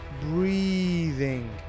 breathing